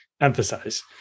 emphasize